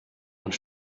und